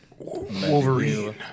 Wolverine